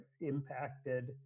impacted